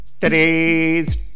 Today's